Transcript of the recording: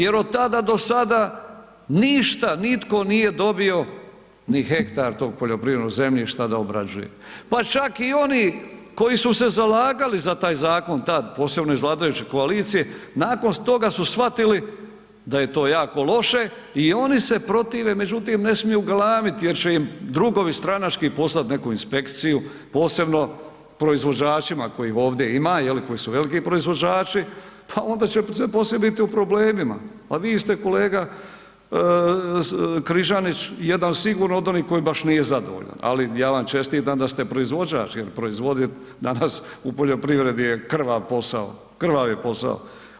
Jer od tada do sada ništa nitko nije dobio ni hektar tog poljoprivrednog zemljišta da obrađuje, pa čak i oni koji su se zalagali za taj Zakon tad, posebno iz vladajuće koalicije, nakon toga su shvatili da je to jako loše, i oni se protive, međutim ne smiju galamiti jer će im drugovi stranački poslat neku inspekciju, posebno proizvođačima kojih ovdje ima je li, koji su veliki proizvođači, pa onda ćete poslije biti u problemima, a vi ste kolega Križanić jedan sigurno od onih koji baš nije zadovoljan, ali ja vam čestitam da ste proizvođač jer proizvodit danas u poljoprivredi je krvav posao, krvav je posao.